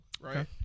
right